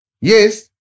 Yes